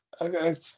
Okay